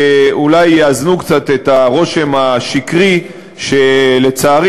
שאולי יאזנו קצת את הרושם השקרי שלצערי,